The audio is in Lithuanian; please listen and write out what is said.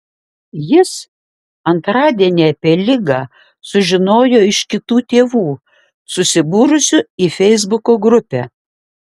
jis antradienį apie ligą sužinojo iš kitų tėvų susibūrusių į feisbuko grupę